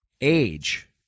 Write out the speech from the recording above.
age